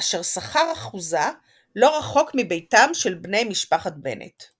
אשר שכר אחוזה לא רחוק מביתם של בני משפחת בנט.